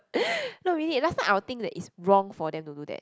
no really last time I will think that it's wrong for them to do that